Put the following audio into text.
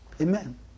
Amen